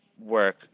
work